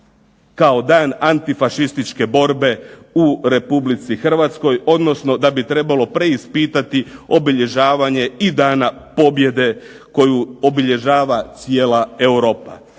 kao Dan Antifašističke borbe u RH, odnosno da bi trebalo preispitati obilježavanje i Dana pobjede koju obilježava cijela Europa.